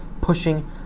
pushing